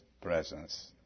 presence